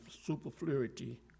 superfluity